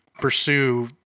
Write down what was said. pursue